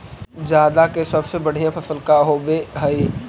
जादा के सबसे बढ़िया फसल का होवे हई?